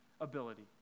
ability